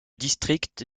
district